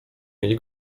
mieli